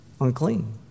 Unclean